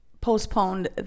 postponed